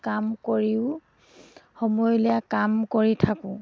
কাম কৰিও সময় উলিয়াই কাম কৰি থাকোঁ